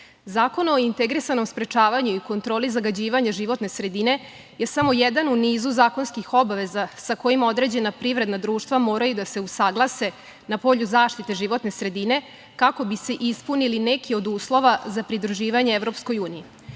Zakon o integrisanom sprečavanju i kontroli zagađivanja životne sredine je samo jedan u nizu zakonskih obaveza sa kojim određena privredna društva moraju da se usaglase na polju zaštite životne sredine, kako bi se ispunili neki od uslova za pridruživanje EU.Pre svega,